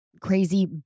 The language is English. crazy